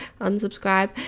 unsubscribe